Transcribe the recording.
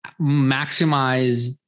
maximize